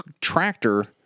tractor